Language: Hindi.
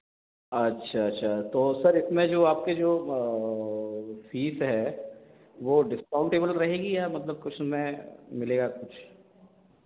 अच्छा अच्छा अच्छा तो सर इसमें जो आपके जो फीस है वर डिस्काउंटेबल रहेगी या मतलब कुछ मैं मिलेगा कुछ